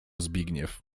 zbigniew